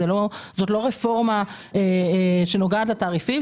זאת לא רפורמה שנוגעת לתעריפים.